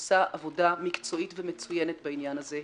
עושה עבודה מקצועית ומצוינת בעניין הזה,